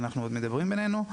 שאנחנו עוד מדברים בינינו.